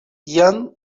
ian